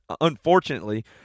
Unfortunately